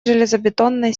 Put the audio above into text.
железобетонной